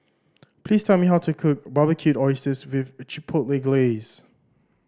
please tell me how to cook Barbecued Oysters with Chipotle Glaze